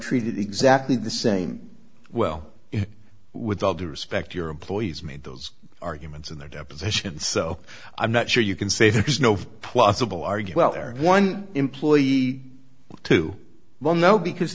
treated exactly the same well with all due respect your employees made those arguments in the deposition so i'm not sure you can say there is no plausible argue well or one employee to well no because